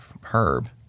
herb